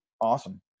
Awesome